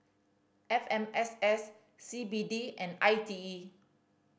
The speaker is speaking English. F M S S C B D and I T E